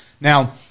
Now